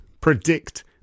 Predict